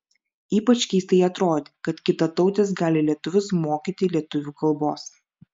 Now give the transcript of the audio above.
ypač keistai atrodė kad kitatautis gali lietuvius mokyti lietuvių kalbos